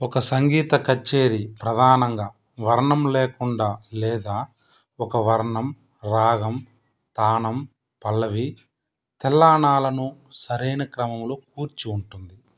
ఒక సంగీత కచేరీ ప్రధానంగా వర్ణం లేకుండా లేదా ఒక వర్ణం రాగం తానమ్ పల్లవి తిల్లానాలను సరైన క్రమంలో కూర్చి ఉంటుంది